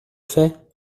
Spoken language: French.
fait